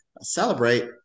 celebrate